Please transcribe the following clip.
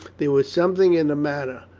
there was something in the manner,